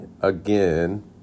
again